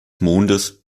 mondes